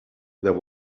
there